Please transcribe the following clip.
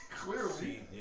Clearly